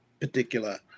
particular